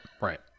Right